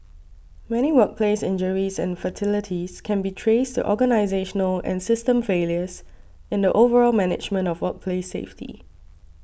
many workplace injuries and fatalities can be traced to organisational and system failures in the overall management of workplace safety